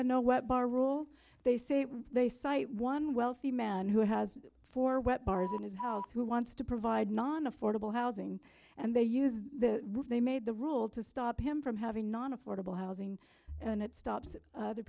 i know what bar rule they say if they cite one wealthy man who has four wet bars in his house who wants to provide non affordable housing and they use the roof they made the rule to stop him from having non affordable housing and it stops other